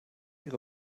ihre